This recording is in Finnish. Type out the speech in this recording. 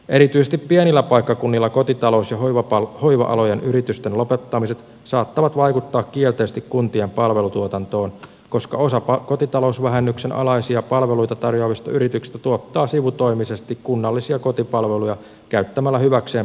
erityisesti pienillä paikkakunnilla kotitalous ja hoiva alojen yritysten lopettamiset saattavat vaikuttaa kielteisesti kuntien palvelutuotantoon koska osa kotitalousvähennyksen alaisia palveluita tarjoavista yrityksistä tuottaa sivutoimisesti kunnallisia kotipalveluja käyttämällä hyväkseen palvelusetelijärjestelmää